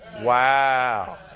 Wow